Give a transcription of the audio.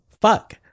Fuck